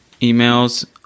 emails